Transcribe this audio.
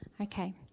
Okay